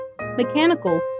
mechanical